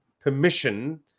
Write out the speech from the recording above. permission